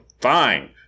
Fine